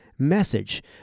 Message